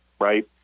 Right